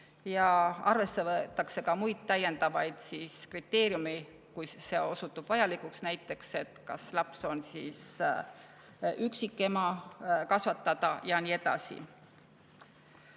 Arvesse võetakse ka muid, täiendavaid kriteeriume, kui see osutub vajalikuks, näiteks kas laps on üksikema kasvatada ja nii edasi.